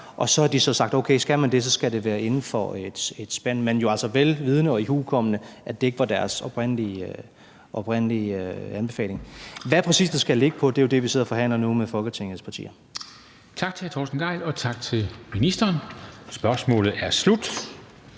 og så har de sagt, at okay, skal man det, så skal det være inden for et spænd, men jo altså vel vidende og ihukommende, at det ikke var deres oprindelige anbefaling. Hvad det præcis skal ligge på, er det, vi sidder og forhandler nu med Folketingets partier.